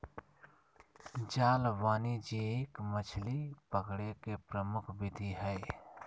जाल वाणिज्यिक मछली पकड़े के प्रमुख विधि हइ